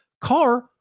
car